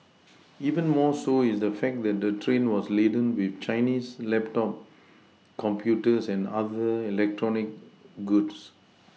even more so is the fact that the train was laden with Chinese laptop computers and other electronic goods